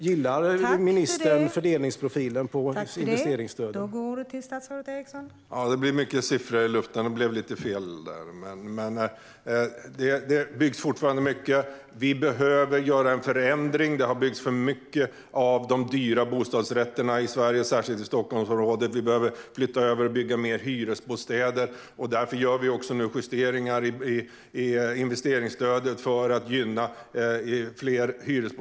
Gillar ministern fördelningsprofilen på investeringsstödet?